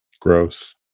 Gross